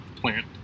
plant